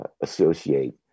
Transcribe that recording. Associate